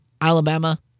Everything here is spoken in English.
Alabama